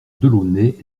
delaunay